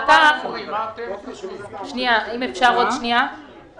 באתר שלהם הם מציינים את מספר המשפחות של המאמינים,